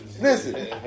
Listen